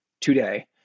today